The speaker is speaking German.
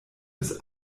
des